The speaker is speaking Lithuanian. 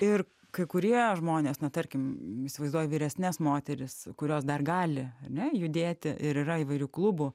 ir kai kurie žmonės na tarkim įsivaizduoju vyresnes moteris kurios dar gali ane judėti ir yra įvairių klubų